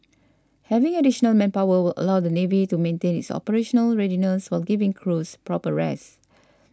having additional manpower will allow the navy to maintain its operational readiness while giving crews proper rest